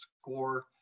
score